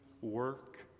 work